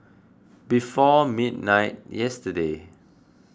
before midnight yesterday